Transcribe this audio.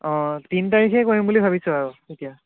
অঁ তিনি তাৰিখে কৰিম বুলি ভাবিছোঁ আৰু এতিয়া